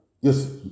Yes